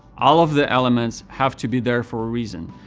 all of the elements have to be there for a reason,